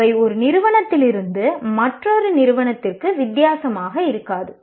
அவை ஒரு நிறுவனத்திலிருந்து மற்றொரு நிறுவனத்திற்கு வித்தியாசமாக இருக்காது